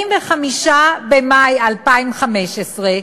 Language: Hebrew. אז איך זה שהיום, 25 במאי 2015,